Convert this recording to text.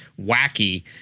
wacky